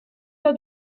the